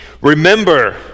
Remember